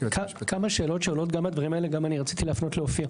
כמה שאלות שעולות גם בדברים האלה וגם אני רציתי להפנות לאופיר.